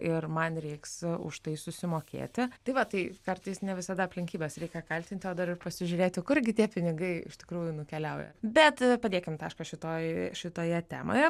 ir man reiks už tai susimokėti tai va tai kartais ne visada aplinkybes reikia kaltinti o dar ir pasižiūrėti kurgi tie pinigai iš tikrųjų nukeliauja bet padėkim tašką šitoj šitoje temoje